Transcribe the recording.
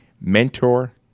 mentor